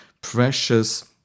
precious